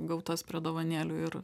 gautas prie dovanėlių ir